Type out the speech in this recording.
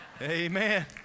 amen